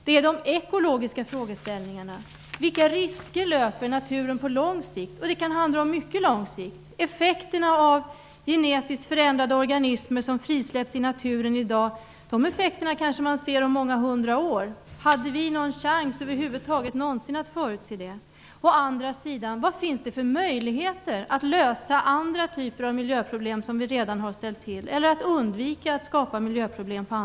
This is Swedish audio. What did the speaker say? Det är de ekologiska frågeställningarna. Vilka risker löper naturen på lång sikt? Det kan handla om mycket lång sikt. Effekterna av genetiskt förändrade organismer som frisläpps i naturen i dag kanske man ser om många hundra år. Hade vi över huvud taget någon chans att förutse det? Å andra sidan, vilka möjligheter finns det att lösa andra typer av miljöproblem som vi redan har ställt till, eller att undvika att skapa miljöproblem?